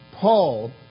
Paul